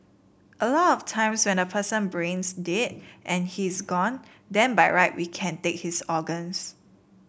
a lot of times when the person brains dead and he's gone then by right we can take his organs